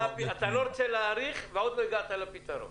אתה לא רוצה להאריך, ועוד לא הגעת לפתרון.